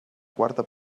quarta